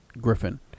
Griffin